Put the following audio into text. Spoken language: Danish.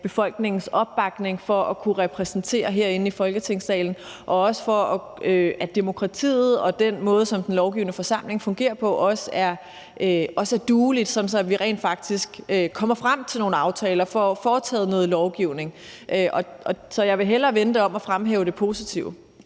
befolkningens opbakning for at være repræsentant herinde i Folketingssalen, og for at demokratiet – den måde, som den lovgivende forsamling fungerer på – også er dueligt, sådan at vi rent faktisk kommer frem til nogle aftaler og får vedtaget noget lovgivning. Så jeg vil hellere vende det om og fremhæve det positive.